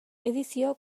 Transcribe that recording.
edizio